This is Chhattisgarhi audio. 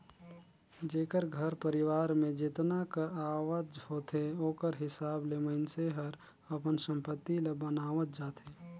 जेकर घर परिवार में जेतना कर आवक होथे ओकर हिसाब ले मइनसे हर अपन संपत्ति ल बनावत जाथे